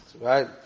Right